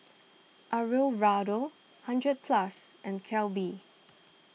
Alfio Raldo hundred Plus and Calbee